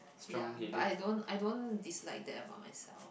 ya but I don't I don't dislike that about myself